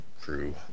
crew